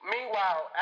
Meanwhile